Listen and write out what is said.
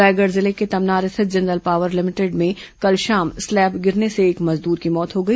रायगढ़ जिले के तमनार स्थित जिंदल पावर लिमिटेड में कल शाम स्लैब गिरने से एक मजदूर की मौत हो गई